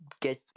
get